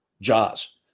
Jaws